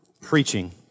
Preaching